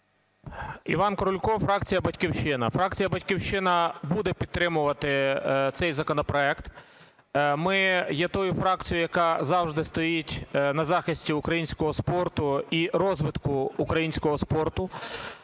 Іван Крулько, фракція "Батьківщина". Фракція "Батьківщина" буде підтримувати цей законопроект. Ми є тою фракцією, яка завжди стоїть на захисті українського спорту і розвитку українського спорту.